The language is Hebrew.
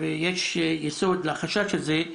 ויש יסוד לחשש הזה,